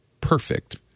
perfect